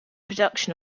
production